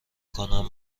کنم